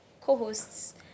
co-hosts